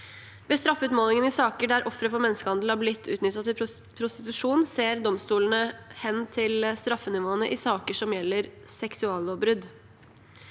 Ved straffeutmålin gen i saker der ofre for menneskehandel har blitt utnyttet til prostitusjon, ser domstolene hen til straffenivåene i saker som gjelder seksuallovbrudd.